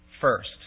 first